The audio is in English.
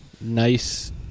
nice